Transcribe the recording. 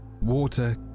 water